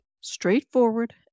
straightforward